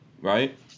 Right